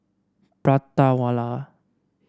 Prata Wala